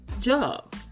job